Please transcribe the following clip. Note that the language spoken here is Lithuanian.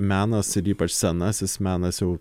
menas ir ypač senasis menas jau